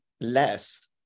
less